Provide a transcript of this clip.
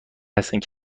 هستند